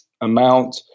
amount